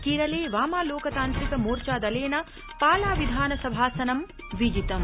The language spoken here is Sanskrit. कार्जि व्यामालोकतान्त्रिक मोर्चादलप्र पाला विधानसभासनं विजितम्